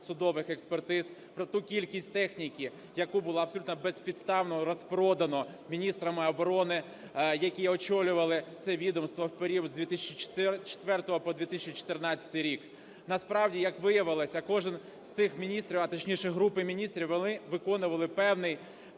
судових експертиз, про ту кількість техніки, яку було абсолютно безпідставно розпродано міністрами оборони, які очолювали це відомство в період з 2004 по 2014 рік. Насправді, як виявилося, кожен з цих міністрів, а точніше групи міністрів, вони виконували певний